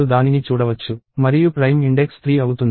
మరియు prime index 3 అవుతుంది